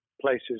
places